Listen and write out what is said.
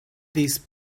these